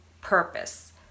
purpose